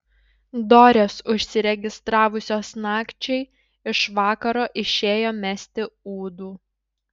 dorės užsiregistravusios nakčiai iš vakaro išėjo mesti ūdų